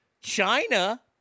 China